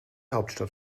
hauptstadt